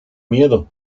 miedo